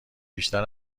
بیشتر